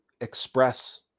express